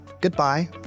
goodbye